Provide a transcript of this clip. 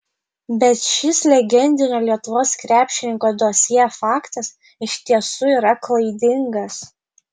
bet šis legendinio lietuvos krepšininko dosjė faktas iš tiesų yra klaidingas